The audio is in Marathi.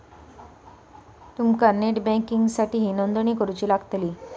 तुमका नेट बँकिंगसाठीही नोंदणी करुची लागतली